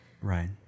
Right